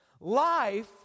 Life